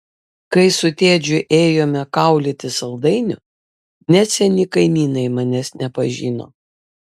kai su tedžiu ėjome kaulyti saldainių net seni kaimynai manęs nepažino